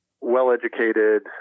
well-educated